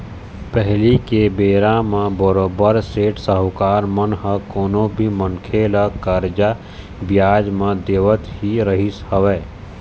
पहिली के बेरा म बरोबर सेठ साहूकार मन ह कोनो भी मनखे ल करजा बियाज म देवत ही रहिस हवय